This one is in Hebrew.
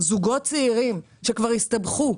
זוגות צעירים שכבר הסתבכו,